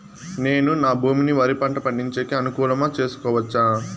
నేను నా భూమిని వరి పంట పండించేకి అనుకూలమా చేసుకోవచ్చా?